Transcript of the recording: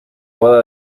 boda